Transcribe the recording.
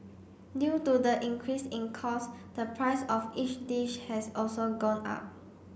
due to the increase in cost the price of each dish has also gone up